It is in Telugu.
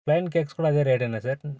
ప్లయిన్ కేక్స్ కూడా అదే రేటేనా సార్